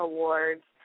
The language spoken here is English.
Awards